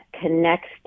connects